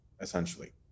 essentially